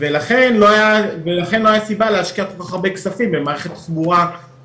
זה כמובן כנראה יהיה הרכבת כבדה עם מטרו,